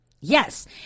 Yes